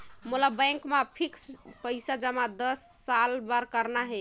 मोला बैंक मा फिक्स्ड पइसा जमा दस साल बार करना हे?